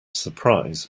surprise